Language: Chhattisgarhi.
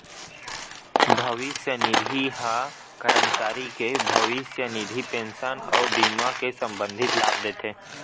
भविस्य निधि ह करमचारी के भविस्य निधि, पेंसन अउ बीमा ले संबंधित लाभ देथे